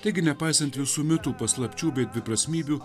taigi nepaisant visų mitų paslapčių bei dviprasmybių